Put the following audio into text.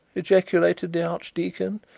ejaculated the archdeacon,